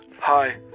Hi